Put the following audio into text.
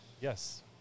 yes